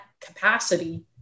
capacity